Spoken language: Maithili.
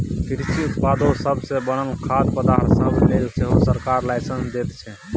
कृषि उत्पादो सब सँ बनल खाद्य पदार्थ सब लेल सेहो सरकार लाइसेंस दैत छै